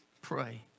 pray